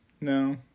no